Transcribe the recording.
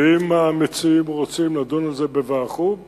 ואם המציעים רוצים לדון על זה בוועדת חוץ וביטחון,